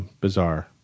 bizarre